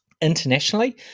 internationally